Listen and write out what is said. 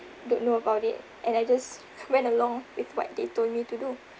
don't know about it and I just went along with what they told me to do